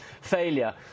failure